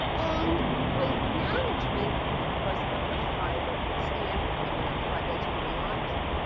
and weight management because of the fiber standpoint you know the fiber that's going on there.